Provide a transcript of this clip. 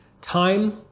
Time